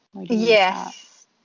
Yes